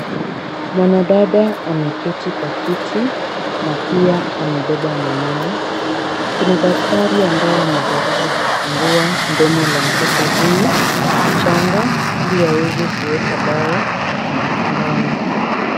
Mwanadada ameketi kwa kiti na pia amebeba mwanawe. Kuna daktari ambaye anajaribu kufungua mdomo la mtoto huyu mchanga ili aweze kuweka dawa ndani.